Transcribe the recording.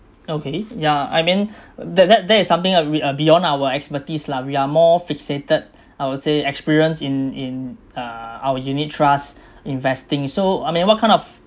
okay ya I mean that that that is something uh be~ uh beyond our expertise lah we are more fixated I would say experienced in in uh our unit trust investing so I mean what kind of